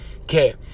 Okay